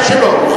ודאי שלא.